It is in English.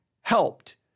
helped